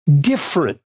different